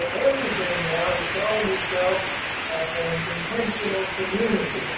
everything now is calling itself an intentional community,